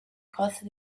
coste